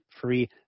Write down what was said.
free